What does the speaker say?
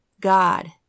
God